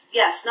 yes